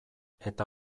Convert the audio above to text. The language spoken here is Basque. eta